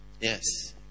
Yes